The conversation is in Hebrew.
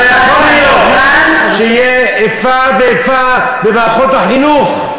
לא יכול להיות שתהיה איפה ואיפה במערכות החינוך.